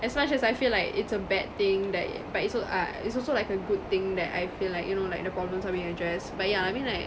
as much as I feel like it's a bad thing that but it's so ah it's also like a good thing that I feel like you know like the problems are being addressed but yeah mean like